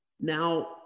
Now